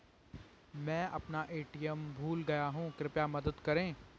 मैं अपना ए.टी.एम भूल गया हूँ, कृपया मदद करें